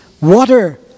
water